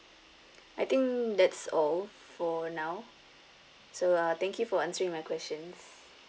I think that's all for now so uh thank you for answering my questions